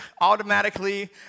automatically